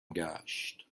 گشت